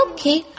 Okay